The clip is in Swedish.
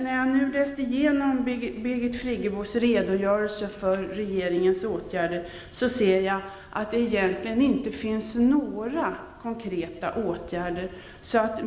När jag nu läste igenom Birgit Friggebos redogörelse för regeringens åtgärder, såg jag att det egentligen inte finns några konkreta åtgärder.